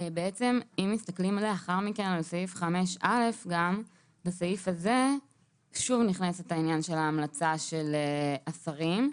אם מסתכלים על סעיף 5(א) רואים ששוב נכנס בו העניין של ההמלצה של השרים.